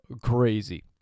crazy